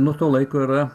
nuo to laiko yra